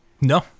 no